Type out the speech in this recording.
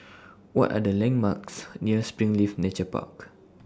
What Are The landmarks near Springleaf Nature Park